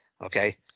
Okay